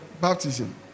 baptism